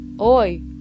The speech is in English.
oi